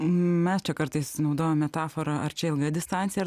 mes čia kartais naudojam metaforą ar čia ilga distancija